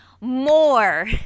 more